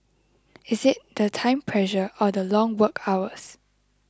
is it the time pressure or the long work hours